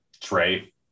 Trey